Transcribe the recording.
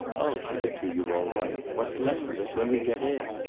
i'll give it to you, all right. what's left of it. when we get in.